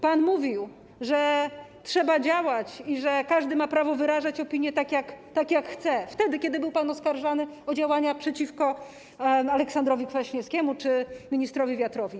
Pan mówił, że trzeba działać i że każdy ma prawo wyrażać opinie tak, jak chce - wtedy, kiedy był pan oskarżany o działania przeciwko Aleksandrowi Kwaśniewskiemu czy ministrowi Wiatrowi.